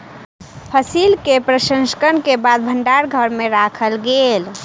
फसिल के प्रसंस्करण के बाद भण्डार घर में राखल गेल